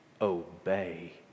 obey